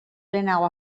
lehenago